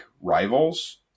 rivals